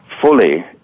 fully